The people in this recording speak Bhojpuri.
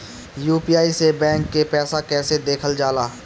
यू.पी.आई से बैंक के पैसा कैसे देखल जाला?